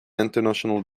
international